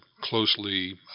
closely